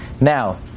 Now